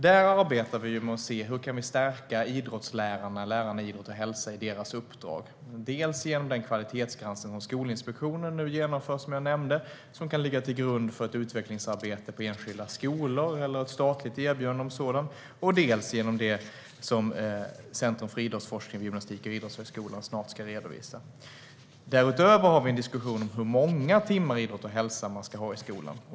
Där arbetar vi med att se hur vi kan stärka lärarna i idrott och hälsa i deras uppdrag, bland annat genom den kvalitetsgranskning som Skolinspektionen nu genomför och som jag nämnde. Den kan ligga till grund för ett utvecklingsarbete på enskilda skolor eller ett statligt erbjudande om sådant. Vi har även det uppdrag som Centrum för idrottsforskning vid Gymnastik och idrottshögskolan snart ska redovisa. Därutöver har vi en diskussion om hur många timmar idrott och hälsa det ska vara i skolan.